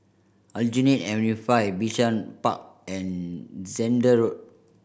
Aljunied Avenue Five Bishan Park and Zehnder